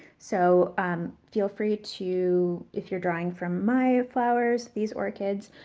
so, um, feel free to if you're drawing from my flowers, these orchids,